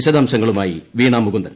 വിശദാംശങ്ങളുമായി വീണാ മുകുന്ദൻ